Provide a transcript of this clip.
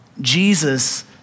Jesus